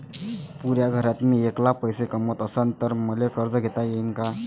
पुऱ्या घरात मी ऐकला पैसे कमवत असन तर मले कर्ज घेता येईन का?